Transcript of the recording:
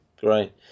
great